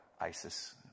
ISIS